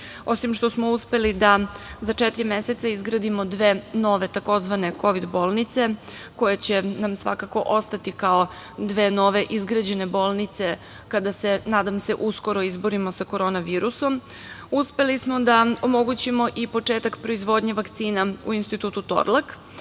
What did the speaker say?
Osim što smo uspeli da za četiri meseca izgradimo dve nove tzv. kovid bolnice koje će nam svakako ostati kao dve nove izgrađene bolnice kada se nadam se uskoro izborima sa korona virusom. Uspeli smo da omogućimo i početak proizvodnje vakcina u Institut "Torlak"